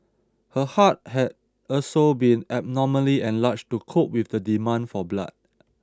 her heart had also been abnormally enlarged to cope with the demand for blood